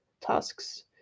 tasks